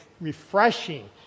refreshing